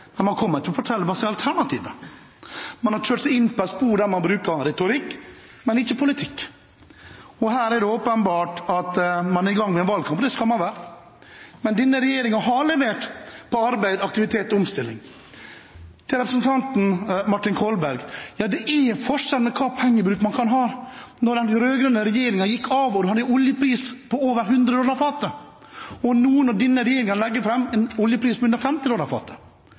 Men man forteller ikke hva alternativet er. Man har kjørt seg inn på et spor der man bruker retorikk, men ikke politikk. Her er det åpenbart at man er i gang med valgkamp, det skal man være, men denne regjeringen har levert innen arbeid, aktivitet og omstilling. Til representanten Martin Kolberg: Ja, det er forskjell på hvilken pengebruk man kan ha når den rød-grønne regjeringen gikk av og en hadde en oljepris på over 100 dollar fatet, og nå når denne regjeringen legger fram budsjett med en oljepris på under 50